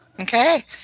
Okay